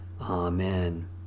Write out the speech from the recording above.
Amen